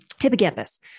hippocampus